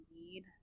need